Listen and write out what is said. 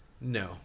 no